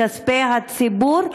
מכספי הציבור,